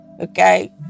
Okay